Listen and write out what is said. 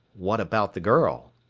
what about the girl?